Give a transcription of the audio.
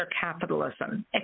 capitalism